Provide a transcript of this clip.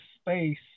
space